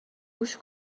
گوش